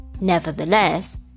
Nevertheless